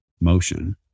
motion